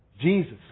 Jesus